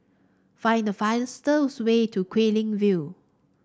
find the fastest way to Guilin View